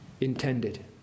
intended